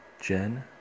Jen